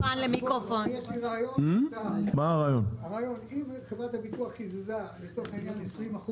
יש לי רעיון אם חברת הביטוח קיזזה למשל 20%,